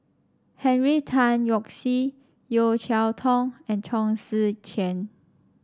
Henry Tan Yoke See Yeo Cheow Tong and Chong Tze Chien